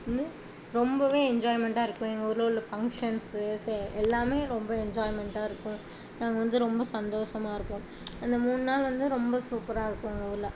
வந்து ரொம்பவே என்ஜாய்மெண்ட்டாக இருக்கும் எங்கள் ஊரில் உள்ள ஃபங்ஷன்ஸ் ஸு எல்லாமே ரொம்ப என்ஜாய்மெண்ட்டாக இருக்கும் நாங்கள் வந்து ரொம்ப சந்தோஷமா இருக்கும் அந்த மூணு நாள் வந்து ரொம்ப சூப்பராக இருக்கும் எங்கள் ஊரில்